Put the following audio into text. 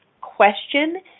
question